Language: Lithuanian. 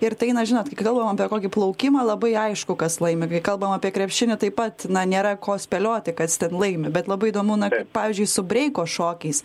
ir tai na žinot kai kalbam apie kokį plaukimą labai aišku kas laimi kai kalbam apie krepšinį taip pat nėra ko spėlioti kas ten laimi bet labai įdomu na pavyzdžiui su breiko šokiais